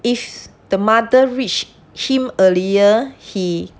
if the mother reached him earlier he